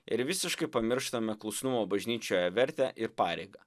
ir visiškai pamirštame klusnumo bažnyčioje vertę ir pareigą